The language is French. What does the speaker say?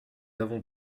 avons